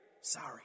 Sorry